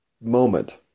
moment